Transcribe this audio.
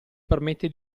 permette